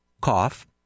cough